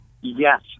Yes